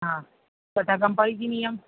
હા ગતાગમ પડી ગઇ નિયમ